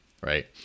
Right